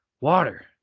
water